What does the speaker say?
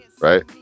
right